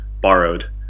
borrowed